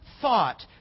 thought